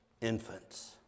infants